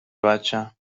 بچم